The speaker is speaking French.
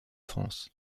france